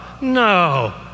no